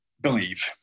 Believe